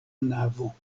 navo